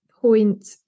point